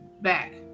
back